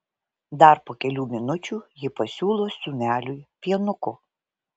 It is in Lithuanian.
dar po kelių minučių ji pasiūlo sūneliui pienuko